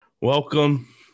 Welcome